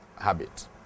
habit